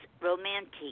romantic